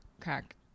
crack